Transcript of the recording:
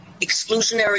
Exclusionary